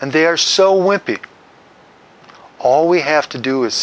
and they're so when all we have to do is